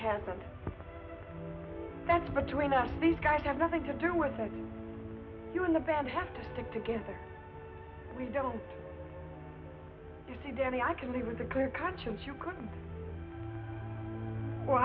hasn't that's between us these guys have nothing to do with you and the band have to stick together we don't see danny i can leave with a clear conscience you couldn't